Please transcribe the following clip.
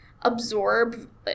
absorb